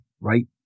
right